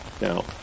Now